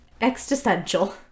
existential